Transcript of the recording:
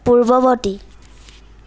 পূৰ্ববৰ্তী